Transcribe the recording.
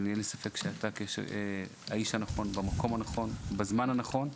אין לי ספק שאתה האיש הנכון במקום הנכון ובזמן הנכון.